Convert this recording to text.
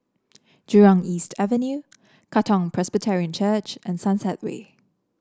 Jurong East Avenue Katong Presbyterian Church and Sunset Way